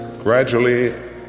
gradually